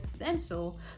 essential